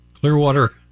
Clearwater